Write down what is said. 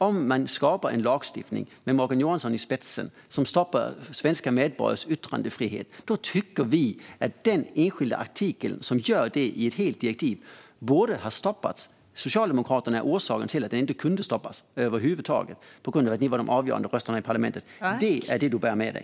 Om man med Morgan Johansson i spetsen skapar en lagstiftning som stoppar svenska medborgares yttrandefrihet tycker vi att den enskilda artikel i ett helt direktiv som gör detta borde ha stoppats. Socialdemokraterna är orsaken till att det inte kunde stoppas eftersom ni hade de avgörande rösterna i parlamentet. Det är det Morgan Johansson bär med sig.